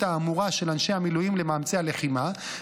האמורה של אנשי המילואים למאמצי הלחימה,